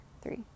three